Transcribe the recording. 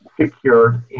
secured